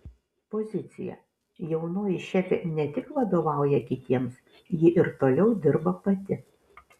pozicija jaunoji šefė ne tik vadovauja kitiems ji ir toliau dirba pati